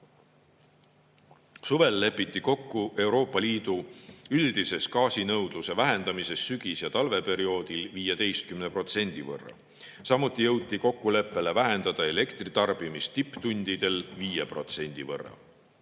Suvel lepiti kokku Euroopa Liidu üldises gaasinõudluse vähendamises sügis‑ ja talveperioodil 15% võrra. Samuti jõuti kokkuleppele vähendada elektritarbimist tipptundidel 5% võrra.